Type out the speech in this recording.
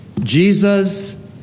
Jesus